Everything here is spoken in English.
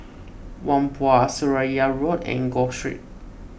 Whampoa Seraya Road Enggor Street